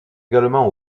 également